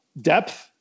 depth